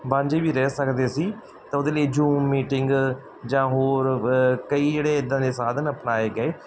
ਵਾਂਝੇ ਵੀ ਰਹਿ ਸਕਦੇ ਸੀ ਤਾਂ ਉਹਦੇ ਲਈ ਜੂਮ ਮੀਟਿੰਗ ਜਾਂ ਹੋਰ ਕਈ ਜਿਹੜੇ ਇੱਦਾਂ ਦੇ ਸਾਧਨ ਅਪਣਾਏ ਗਏ